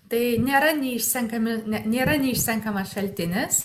tai nėra neišsenkami ne nėra neišsenkamas šaltinis